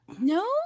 No